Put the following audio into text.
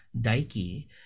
Daiki